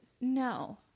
No